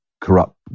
corrupt